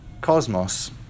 cosmos